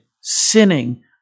sinning